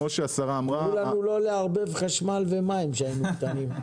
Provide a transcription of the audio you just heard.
אמרו לנו לא לערבב חשמל ומים כשהיינו קטנים,